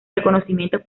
reconocimientos